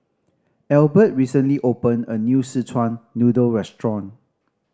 Albert recently opened a new Szechuan Noodle restaurant